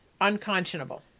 unconscionable